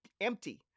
empty